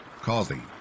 causing